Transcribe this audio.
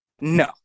No